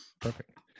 Perfect